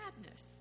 sadness